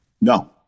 No